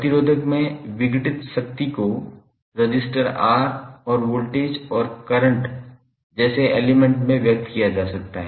प्रतिरोधक में विघटित शक्ति को रजिस्टर R और वोल्टेज और करंट जैसे एलिमेंट में व्यक्त किया जा सकता है